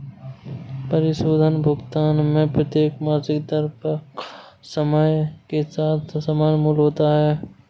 परिशोधन भुगतान में प्रत्येक मासिक दर का समय के साथ समान मूल्य होता है